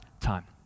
time